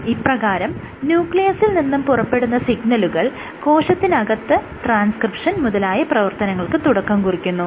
ഇപ്രകാരം ന്യൂക്ലീയസിൽ നിന്നും പുറപ്പെടുന്ന സിഗ്നലുകൾ കോശത്തിനകത്ത് ട്രാൻസ്ക്രിപ്ഷൻ മുതലായ പ്രവർത്തനങ്ങൾക്ക് തുടക്കം കുറിക്കുന്നു